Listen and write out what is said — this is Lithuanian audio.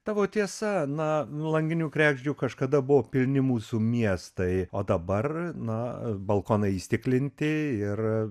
tavo tiesa na langinių kregždžių kažkada buvo pilni mūsų miestai o dabar na balkonai įstiklinti ir